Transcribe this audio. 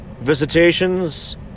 visitations